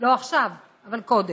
לא עכשיו, אבל קודם,